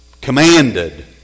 Commanded